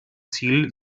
ziel